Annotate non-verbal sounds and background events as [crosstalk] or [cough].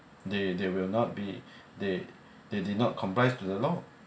they they will not be [breath] they they did not complies to the law